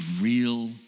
real